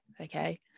okay